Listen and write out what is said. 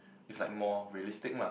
it's like more realistic lah